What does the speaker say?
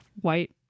white